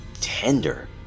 tender